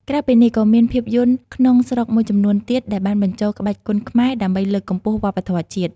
ក្រៅពីនេះ ក៏មានភាពយន្តក្នុងស្រុកមួយចំនួនទៀតដែលបានបញ្ចូលក្បាច់គុណខ្មែរដើម្បីលើកកម្ពស់វប្បធម៌ជាតិ។